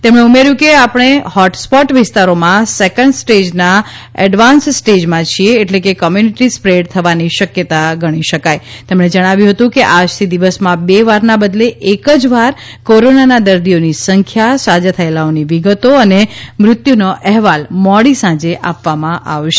તેમણે ઉમેર્યું કે આપણે હોટ સ્પોર્ટ વિસ્તારોમાં સેકેન્ડ સ્ટેજનાં એડવાન્સ સ્ટેજમાં છીએ એટલે કે કોમ્યુનિટી સ્પ્રેડ થવાની શક્યતા ગણી શકાય તેમણે જણાવ્યું હતુ કે આજથી દિવસમાં બે વારના બદલે એક જ વાર કોરોનાના દર્દીઓની સંખ્યાસાજા થયેલાની વિગતો અને મૃત્યુનો અહેવાલ મોડી સાંજે આપવામાં આવશે